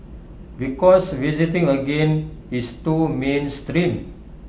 because visiting again is too mainstream